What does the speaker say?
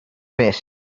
mess